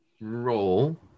roll